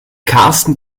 karsten